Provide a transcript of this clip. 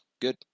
good